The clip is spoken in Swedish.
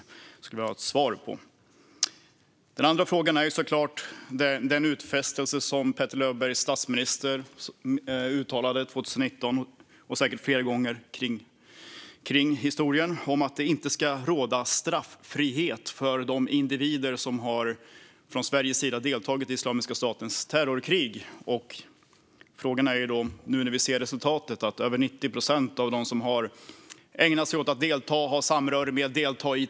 Det skulle jag vilja ha svar på. Den andra frågan gäller den utfästelse som Petter Löbergs statsminister gjorde 2019, och säkert fler gånger i historien, om att det inte ska råda straffrihet för de individer som från Sveriges sida deltagit i Islamiska statens terrorkrig. Nu ser vi resultatet. Över 90 procent av dem som haft samröre med Islamiska staten eller deltagit i terrorkriget har mött straffrihet.